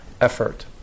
effort